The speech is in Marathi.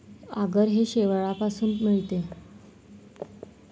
आगर हे शेवाळापासून मिळते